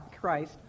Christ